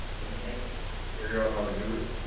and the many ways they figured out how to do it